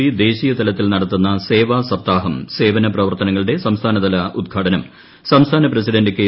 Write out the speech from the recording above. P ദേശീയ തലത്തിൽ നടത്തുന്ന സേവാ സപ്താഹം സേവന പ്രവർത്തനങ്ങളുടെ സംസ്ഥാനതല ഉൽഘാടനം സംസ്ഥാന പ്രസിഡണ്ട് കെ